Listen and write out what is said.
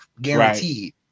guaranteed